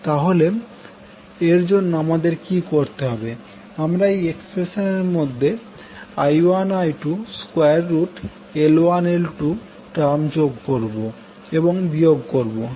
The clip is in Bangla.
তাহলে এর জন্য আমাদের কি করতে হবে আমরা এই এক্সপ্রেশন এর মধ্যে i1i2L1L2 টার্ম যোগ করবো এবং বিয়োগ করবো